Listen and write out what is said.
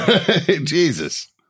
Jesus